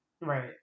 Right